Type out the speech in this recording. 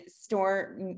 store